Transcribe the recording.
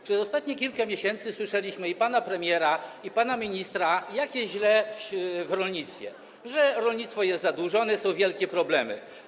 Przez ostatnich kilka miesięcy słyszeliśmy i pana premiera, i pana ministra, jak to jest źle w rolnictwie, że rolnictwo jest zadłużone, że są wielkie problemy.